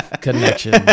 connection